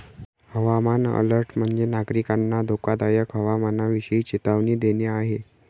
हवामान अलर्ट म्हणजे, नागरिकांना धोकादायक हवामानाविषयी चेतावणी देणे आहे